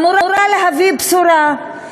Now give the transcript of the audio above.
אמורה להביא בשורה,